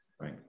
right